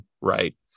right